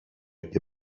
και